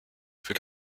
für